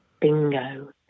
Bingo